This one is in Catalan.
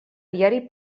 diari